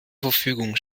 verfügung